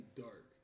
dark